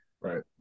Right